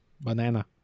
Banana